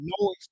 no